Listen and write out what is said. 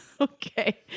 okay